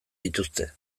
dituzte